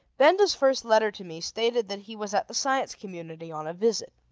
benda's first letter to me stated that he was at the science community on a visit.